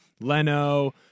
Leno